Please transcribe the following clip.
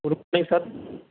good evening sir